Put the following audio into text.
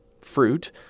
fruit